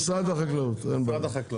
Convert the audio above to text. משרד החקלאות, אין בעיה.